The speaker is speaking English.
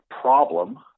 problem